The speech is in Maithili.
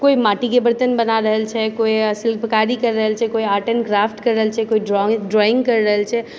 केओ माटिके बर्तन बना रहल छै केओ शिल्पकारी करि रहल छै कोइ आर्ट एन्ड क्राफ्ट करि रहल छै कोइ ड्राइङ्ग करि रहल छै